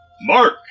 Mark